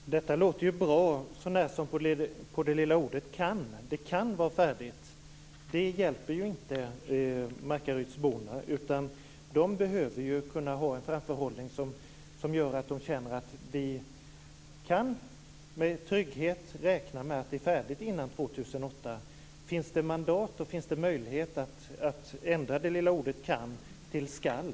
Fru talman! Detta låter ju bra, sånär som på det lilla ordet "kan". Det "kan" vara färdigt. Det hjälper ju inte markarydsborna. De behöver kunna ha en framförhållning och med trygghet kunna räkna med att det är färdigt innan 2008. Finns det möjlighet att ändra det lilla ordet "kan" till "skall"?